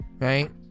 right